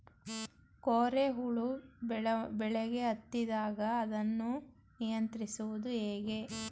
ಕೋರೆ ಹುಳು ಬೆಳೆಗೆ ಹತ್ತಿದಾಗ ಅದನ್ನು ನಿಯಂತ್ರಿಸುವುದು ಹೇಗೆ?